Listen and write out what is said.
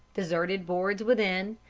deserted boards within,